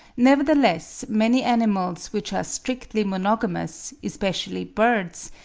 nevertheless many animals, which are strictly monogamous, especially birds,